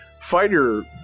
fighter